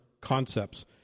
concepts